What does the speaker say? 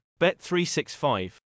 Bet365